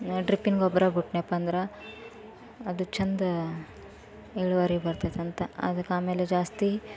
ಡ್ರಿಪ್ಪಿನ ಗೊಬ್ಬರ ಬಿಟ್ನಪ್ಪ ಅಂದ್ರೆ ಅದು ಚೆಂದ ಇಳುವರಿ ಬರ್ತೈತಿ ಅಂತ ಅದಕ್ಕೆ ಆಮೇಲೆ ಜಾಸ್ತಿ